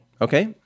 Okay